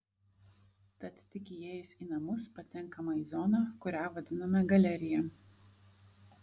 tad tik įėjus į namus patenkama į zoną kurią vadiname galerija